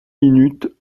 minutes